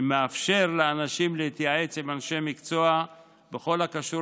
שמאפשר לאנשים להתייעץ עם אנשי מקצוע בכל הקשור